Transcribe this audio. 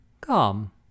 come